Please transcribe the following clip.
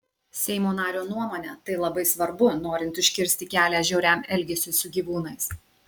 seimo nario nuomone tai labai svarbu norint užkirsti kelią žiauriam elgesiui su gyvūnais